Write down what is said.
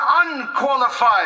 unqualified